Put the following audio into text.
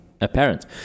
apparent